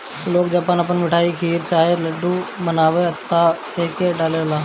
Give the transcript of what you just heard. लोग जब मिठाई, खीर चाहे लड्डू बनावेला त एके डालेला